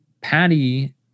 Patty